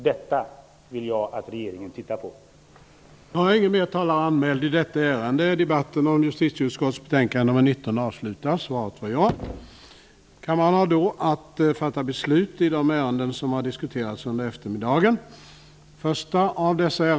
Jag vill att regeringen tittar på detta.